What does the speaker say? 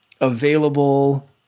available